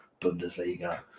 Bundesliga